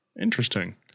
Interesting